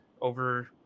over